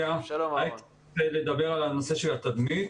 הייתי רוצה לדבר על הנושא של התדמית.